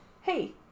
Hey